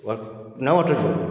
न वठिजो